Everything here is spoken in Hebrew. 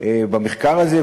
במחקר הזה,